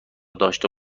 داشته